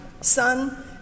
Son